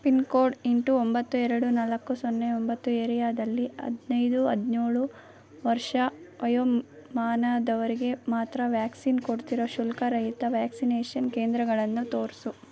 pin code ಎಂಟು ಒಂಬತ್ತು ಎರಡು ನಾಲ್ಕು ಸೊನ್ನೆ ಒಂಬತ್ತು ಎರಿಯಾದಲ್ಲಿ ಹದಿನೈದು ಹದಿನೇಳು ವರ್ಷ ವಯೋಮಾನದವರಿಗೆ ಮಾತ್ರ ವ್ಯಾಕ್ಸಿನ್ ಕೊಡ್ತಿರೊ ಶುಲ್ಕ ರಹಿತ ವ್ಯಾಕ್ಸಿನೇಶನ್ ಕೇಂದ್ರಗಳನ್ನು ತೋರಿಸು